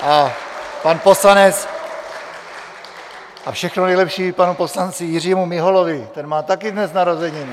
A pan poslanec a všechno nejlepší i panu poslanci Jiřímu Miholovi, ten má také dnes narozeniny.